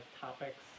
topics